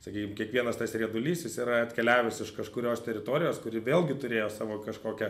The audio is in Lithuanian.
sakykim kiekvienas tas riedulys jis yra atkeliavęs iš kažkurios teritorijos kuri vėlgi turėjo savo kažkokią